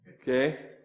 Okay